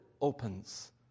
opens